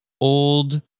old